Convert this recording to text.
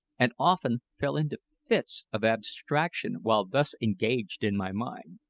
and often fell into fits of abstraction while thus engaged in my mind.